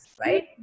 Right